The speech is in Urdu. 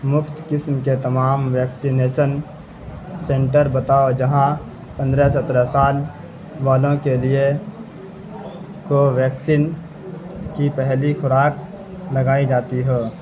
مفت قسم کے تمام ویکسینیسن سنٹر بتاؤ جہاں پندرہ سترہ سال والوں کے لیے کوویکسین کی پہلی خوراک لگائی جاتی ہو